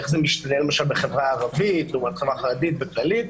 איך זה משתקף בחברה הערבית לעומת החברה החרדית והכללית.